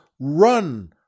run